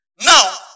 Now